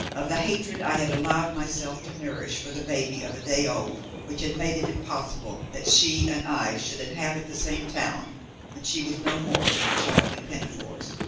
of the hatred i had allowed myself to nourish for the baby of a day old, which had made it impossible that she and i should inhabit the same town when she was no more than a child in pinafores.